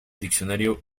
diccionario